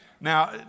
Now